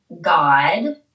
God